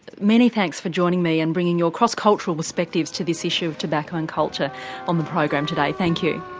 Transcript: many thanks for joining me and bringing your cross cultural perspectives to this issue of tobacco and culture on the program today thank you.